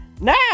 Now